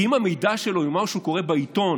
כי אם המידע שלו יאמר שהוא קורא בעיתון